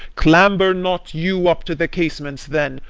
clamber not you up to the casements then,